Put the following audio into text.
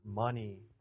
Money